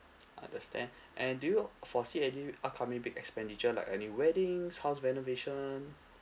understand and do you foresee any upcoming big expenditure like any weddings house renovation